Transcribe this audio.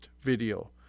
video